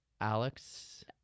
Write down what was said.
Alex